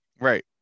Right